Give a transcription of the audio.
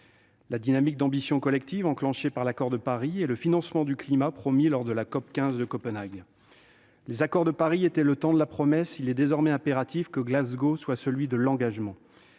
la dynamique d'ambition collective enclenchée par l'accord de Paris et le financement du climat promis lors de la COP15 de Copenhague. Les accords de Paris étaient le temps de la promesse, Glasgow doit être celui de l'engagement.